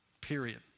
period